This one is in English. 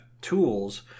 tools